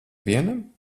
vienam